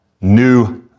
New